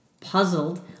Puzzled